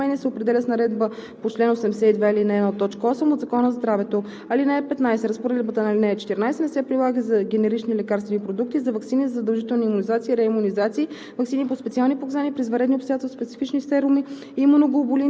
по реда на Закона за обществените поръчки. Условията и редът за сключване на рамковите споразумения се определят с наредбата по чл. 82, ал. 1, т. 8 от Закона за здравето. (15) Разпоредбата на ал. 14 не се прилага за генерични лекарствени продукти и за ваксини за задължителни имунизации и реимунизации,